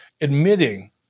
admitting